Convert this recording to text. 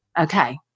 Okay